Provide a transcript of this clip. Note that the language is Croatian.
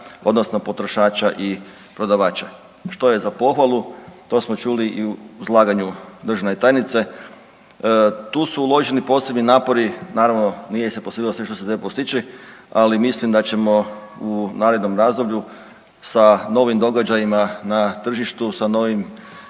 odnosno potrošača i prodavača, što je za pohvalu. To smo čuli i u izlaganju državne tajnice. Tu su uloženi posebni napori, naravno nije se postiglo sve što se trebalo postići, ali mislim da ćemo u narednom razdoblju sa novim događajima na tržištu, sa novim